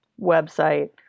website